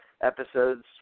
episodes